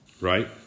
Right